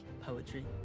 poetry